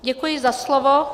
Děkuji za slovo.